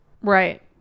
right